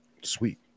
sweet